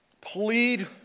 plead